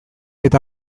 eta